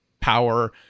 power